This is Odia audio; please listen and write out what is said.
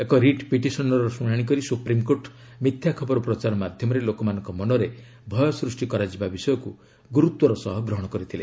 ଏକ ରିଟ୍ ପିଟିସନ୍ର ଶୁଣାଣି କରି ସୁପ୍ରିମ୍କୋର୍ଟ ମିଥ୍ୟା ଖବର ପ୍ରଚାର ମାଧ୍ୟମରେ ଲୋକମାନଙ୍କ ମନରେ ଭୟ ସୃଷ୍ଟି କରାଯିବା ବିଷୟକୁ ଗୁରୁତ୍ୱର ସହ ଗ୍ରହଣ କରିଥିଲେ